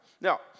Now